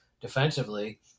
defensively